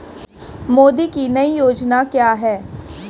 मोदी की नई योजना क्या है?